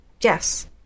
yes